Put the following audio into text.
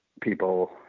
people